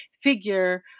figure